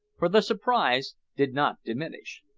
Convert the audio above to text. for the surprise did not diminish.